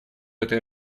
этой